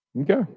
Okay